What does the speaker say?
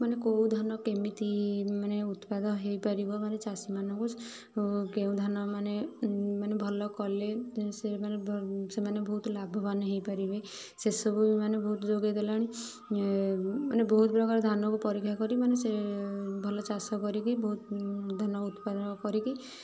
ମାନେ କେଉଁ ଧାନ କେମିତି ମାନେ ଉତ୍ପାଦ ହୋଇପାରିବ ଚାଷୀମାନଙ୍କୁ କେଉଁ ଧାନ ମାନେ ମାନେ ଭଲକଲେ ସେମାନେ ସେମାନେ ବହୁତ ଲାଭବାନ୍ ହୋଇପାରିବେ ସେସବୁ ମାନେ ବହୁତ ଯୋଗେଇ ଦେଲାଣି ମାନେ ବହୁତ ପ୍ରକାର ଧାନକୁ ପରୀକ୍ଷା କରି ମାନେ ସେ ଭଲ ଚାଷ କରିକି ବହୁତ ଧାନ ଉତ୍ପାଦନ କରିକି